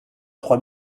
trois